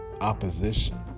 opposition